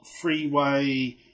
freeway